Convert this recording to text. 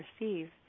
receive